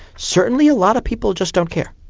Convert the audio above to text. certainly a lot of people just don't care.